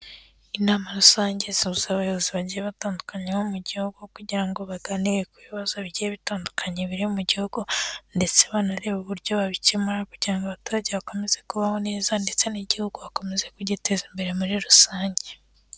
Inama rusange isuhuza abayobozi bagiye batandukanye bo mu gihugu kugira ngo baganire ku bibazo bigiye bitandukanye biri mu gihugu ndetse banarebe uburyo babikemura kugira abaturage bakomeze kubaho neza, ndetse n'igihugu bakome kugiteza imbere muri rusange.